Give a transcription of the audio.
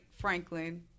Franklin